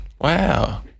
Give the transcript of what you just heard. Wow